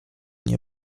nie